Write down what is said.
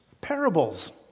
parables